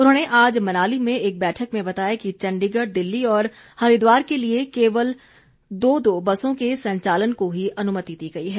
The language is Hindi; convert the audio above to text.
उन्होंने आज मनाली में एक बैठक में बताया कि चंडीगढ़ दिल्ली और हरिद्वार के लिए केवल दो दो बसों के संचालन को ही अनुमति दी गई है